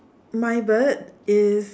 my bird is